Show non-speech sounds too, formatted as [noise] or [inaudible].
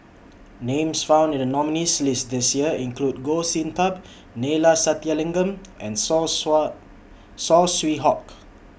Names found in The nominees' list This Year include Goh Sin Tub Neila Sathyalingam and Saw [unintelligible] Saw Swee Hock